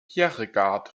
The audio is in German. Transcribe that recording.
bjerregaard